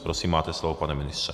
Prosím, máte slovo, pane ministře.